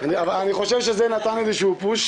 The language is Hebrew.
אני חושב שזה נתן איזשהו פוש.